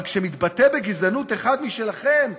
אבל כשמתבטא בגזענות אחד משלכם,